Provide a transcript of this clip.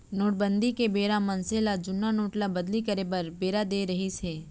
नोटबंदी के बेरा मनसे ल जुन्ना नोट ल बदली करे बर बेरा देय रिहिस हे